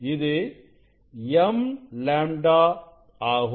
இது m λ ஆகும்